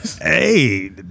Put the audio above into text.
Hey